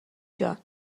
جان